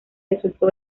resultó